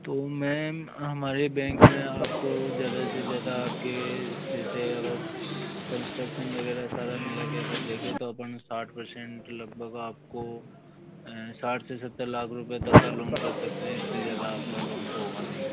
तो मैम हमारे बैंक में आपको ज़्यादा से ज़्यादा आपके जैसे अगर कंस्ट्रक्शन वगैरह सारा मिला के अगर देखें तो अपन साठ परसेंट के लगभग आपको साठ से सत्तर लाख रुपये तक का लोन कर सकते हैं इससे ज़्यादा आपका लोन तो होगा नहीं